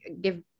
give